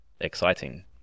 exciting